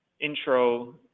intro